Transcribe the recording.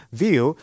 view